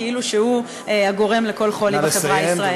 כאילו שהוא הגורם לכל חולי בחברה הישראלית.